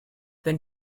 then